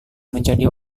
menjadi